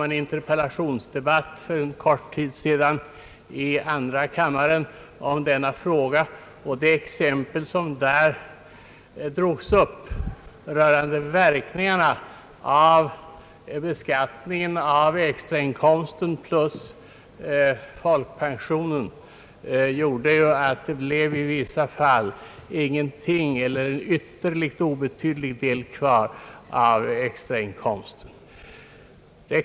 I en interpellationsdebatt i andra kammaren för kort tid sedan förekom denna fråga, och det framkom då att verkningarna av beskattningen av extrainkomsten = plus = folkpensionen gjorde att det i vissa fall praktiskt taget inte blev någonting eller endast ytterligt obetydlig del kvar av extrainkomsten.